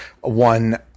one